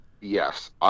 Yes